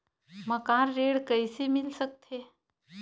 मकान ऋण कइसे मिल सकथे?